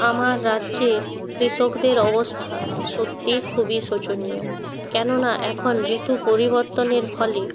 আমার রাজ্যের কৃষকদের অবস্থা সত্যিই খুবই শোচনীয় কেননা এখন ঋতু পরিবর্তনের ফলে